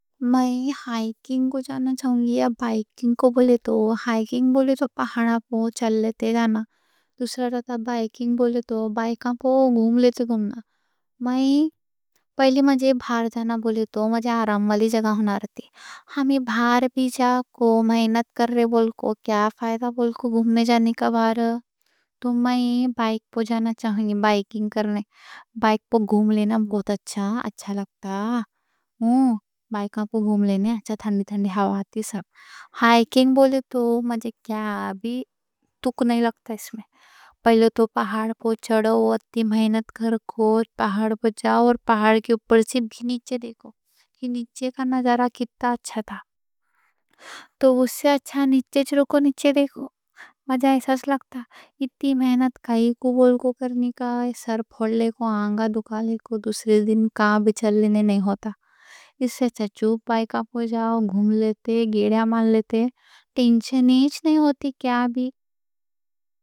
میں ہائیکنگ جانا چاہوں گی یا بائیکنگ کو بولے تو۔ ہائیکنگ بولے تو پہاڑ پہ چل لیتے جانا۔ دوسرا بولے تو بائیکنگ، بائیکاں پہ گھوم لیتے۔ میں بائیک پہ جانا چاہوں گی، بائیکنگ کرنے، بائیک پہ گھوم لینا بہت اچھا اچھا لگتا۔ بائیکاں پہ گھوم لینا اچھا، ٹھنڈی ٹھنڈی ہوا آتی سب۔ ہائیکنگ بولے تو مجھے ابھی تک مزہ نہیں لگتا اس میں۔ پہلے تو پہاڑ پہ چڑھو، اتنی محنت کر کو، پہاڑ پہ جاؤ اور پہاڑ کے اوپر سے بھی نیچے دیکھو۔ یہ نیچے کا نظارہ کتا اچھا تھا۔ تو اس سے اچھا نیچے چھوکو، نیچے دیکھو، مجھے ایسا سا لگتا۔ اتنی محنت کائیں کوں کرنی کا، سر پھوڑ لے کو، آنگا دھکا لے کو، دوسری دن کام بھی چل لینے نہیں ہوتا۔ اس سے چچوپ بائیکا پہ جاؤ، گھوم لیتے، گیڑیا مان لیتے، ٹینشن ایچ نہیں ہوتی کیا بھی۔